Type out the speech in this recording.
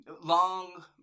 Long